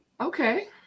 okay